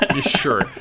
Sure